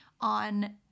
on